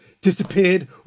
Disappeared